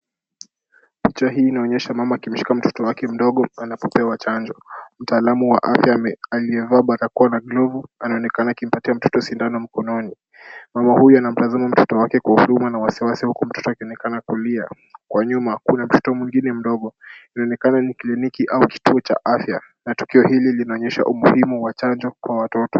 Picha hii inaonyesha mama akilisha mtoto wake mdogo anapopewa chanjo. Mtaalamu wa afya aliyevaa barakoa na glavu anaonekana akipatia mtoto sindano mkononi. Mama huyu anamtazama mtoto wake kwa uchungu mno na wasiwasi mtoto akionekana kulia. Kwa nyuma kuna mtoto mwingine mdogo. Inaonekana ni kliniki au kituo cha afya na tukio hili linaonyesha umuhimu wa chanjo kwa watoto.